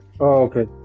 okay